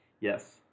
Yes